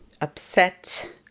upset